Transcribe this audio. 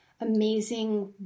amazing